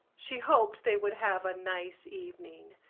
she hoped they would have a nice evening.